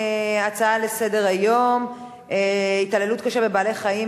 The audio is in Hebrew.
להצעה לסדר-היום בנושא: התעללות קשה בבעלי-חיים